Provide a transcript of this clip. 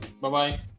Bye-bye